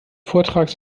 vortrages